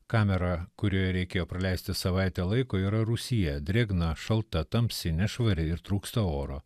kamera kurioje reikėjo praleisti savaitę laiko yra rūsyje drėgna šalta tamsi nešvari ir trūksta oro